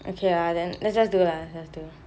okay ah then let just do lah let's just do